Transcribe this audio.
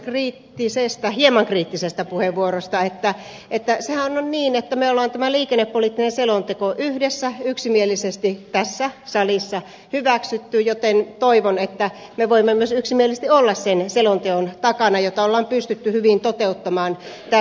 hemmilän hieman kriittisestä puheenvuorosta että sehän on niin että me olemme tämän liikennepoliittisen selonteon yhdessä yksimielisesti tässä salissa hyväksyneet joten toivon että me voimme myös olla yksimielisesti sen selonteon takana jota on pystytty hyvin toteuttamaan tässä